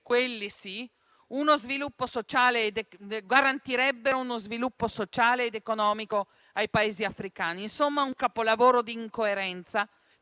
quelli sì, garantirebbero uno sviluppo sociale ed economico ai Paesi africani. Insomma un capolavoro di incoerenza,